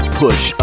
push